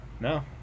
No